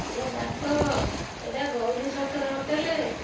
ଆରେ ବାପ ଏଇଟା ଗୌରୀ ଶଙ୍କର ହୋଟେଲ୍